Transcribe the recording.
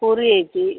ಪೂರಿ ಐತಿ